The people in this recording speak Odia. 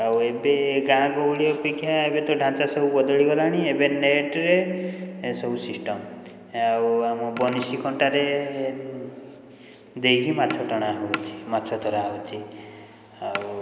ଆଉ ଏବେ ଗାଁ ଗହଳି ଅପେକ୍ଷା ଏବେ ତ ଢାଞ୍ଚା ସବୁ ବଦଳି ଗଲାଣି ଏବେ ନେଟ୍ରେ ଏସବୁ ସିଷ୍ଟମ୍ ଆଉ ଆମ ବନିଶି କଣ୍ଟାରେ ଦେଇକି ମାଛ ଟଣା ହେଉଛି ମାଛ ଧରା ହେଉଛି ଆଉ